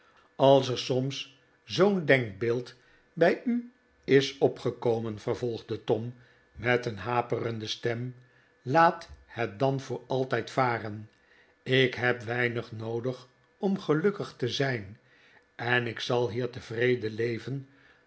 als er soms zoo'n denkbeeld bij u is opgekomen vervolgde tom met een haperende stem laat het dan voor altijd varen ik heb weinig noodig om gelukkig te zijn en ik zal hier tevreden leven